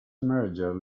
merger